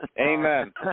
Amen